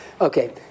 okay